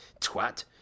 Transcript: Twat